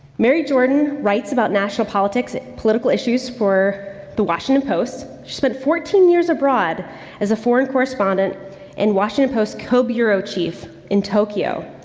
mary jordan writes about national politics, political issues for the washington post. she spent fourteen years abroad as a foreign correspondent and washington post co-bureau chief in tokyo,